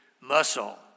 muscle